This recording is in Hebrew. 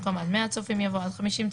במקום ״עד 100 צופים״ יבוא ״עד 50 צופים״.